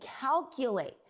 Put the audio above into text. calculate